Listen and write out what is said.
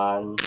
One